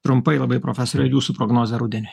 trumpai labai profesore jūsų prognozė rudeniui